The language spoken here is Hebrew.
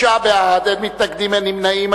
תשעה בעד, אין מתנגדים, אין נמנעים.